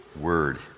word